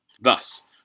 Thus